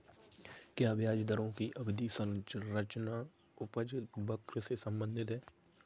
क्या ब्याज दरों की अवधि संरचना उपज वक्र से संबंधित है?